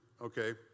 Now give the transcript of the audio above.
okay